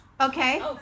okay